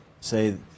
say